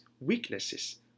weaknesses